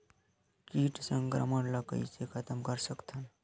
कीट संक्रमण ला कइसे खतम कर सकथन?